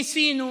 ניסינו,